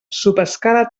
subescala